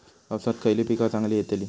पावसात खयली पीका चांगली येतली?